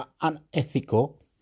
unethical